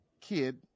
kid